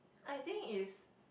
I think is